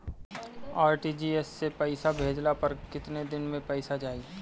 RTGS से पईसा भेजला पर केतना दिन मे पईसा जाई?